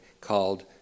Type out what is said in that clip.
called